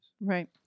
Right